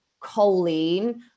choline